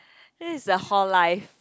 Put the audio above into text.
this is the hall life